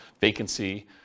vacancy